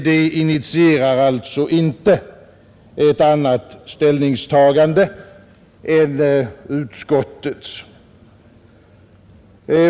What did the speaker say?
Det initierar alltså inte ett annat ställningstagande än utskottets.